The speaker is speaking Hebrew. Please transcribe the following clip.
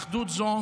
אחדות זו